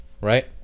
right